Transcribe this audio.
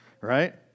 right